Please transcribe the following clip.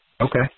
Okay